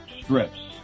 strips